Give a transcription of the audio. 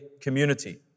community